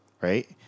right